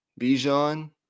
Bijan